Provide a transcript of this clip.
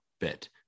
bit